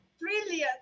brilliant